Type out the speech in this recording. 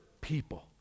people